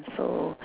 so